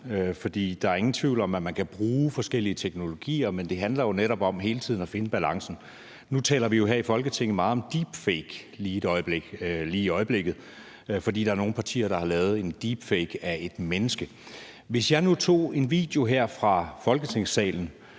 for der er ingen tvivl om, at man kan bruge forskellige teknologier, men det handler jo netop om hele tiden at finde balancen. Nu taler vi jo her i Folketinget meget om deepfake lige i øjeblikket, fordi der er nogle partier, der har lavet en deepfakevideo af et menneske. Hvis jeg nu tog et en video her fra Folketingssalen